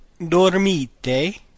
dormite